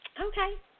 Okay